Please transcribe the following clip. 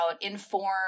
inform